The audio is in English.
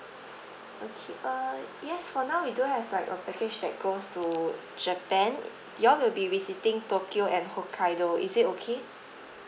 okay err yes for now we do have like a package that goes to japan y'all will be visiting tokyo and hokkaido is it okay